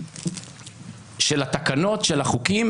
של התקנות של החוקים.